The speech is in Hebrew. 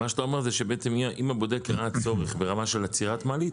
מה שאתה אומר זה שבעצם אם הבודק הראה צורך ברמה של עצירת מעלית,